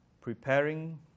preparing